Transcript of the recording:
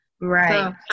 Right